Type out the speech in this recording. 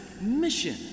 mission